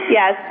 yes